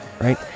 right